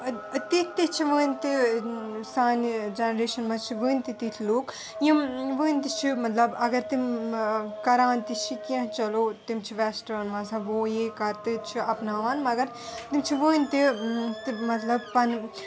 آ تِتھۍ تہِ چھِ وُنہِ تہِ سانہِ جَنریشَن منٛز چھِ وُنہِ تہِ تِتھۍ لوٗکھ یِم وُنہِ تہِ چھِ مَطلَب اگر تِم کران تہِ چھِ کیٚنٛہہ چلو تِم چھِ ویسٹٲرٕن آسان گوٚو یہِ کَتٮ۪تھ چھِ اَپناوان مگر تِم چھِ وُنہِ تہِ مَطلَب پَنٕنۍ